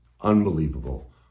unbelievable